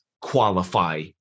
qualify